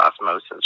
osmosis